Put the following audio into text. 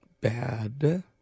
bad